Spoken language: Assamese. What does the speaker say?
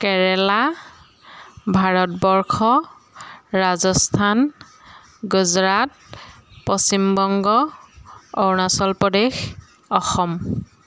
কেৰেলা ভাৰতবৰ্ষ ৰাজস্থান গুজৰাট পশ্চিমবংগ অৰুণাচল প্ৰদেশ অসম